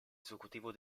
esecutivo